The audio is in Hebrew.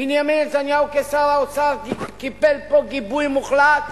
בנימין נתניהו, כשר האוצר, קיבל פה גיבוי מוחלט